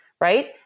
Right